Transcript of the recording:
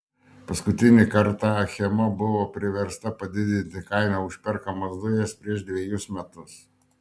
paskutinį kartą achema buvo priversta padidinti kainą už perkamas dujas prieš dvejus metus